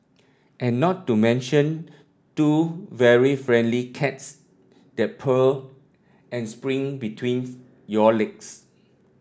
and not to mention two very friendly cats that purr and sprint betweens your legs